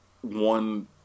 one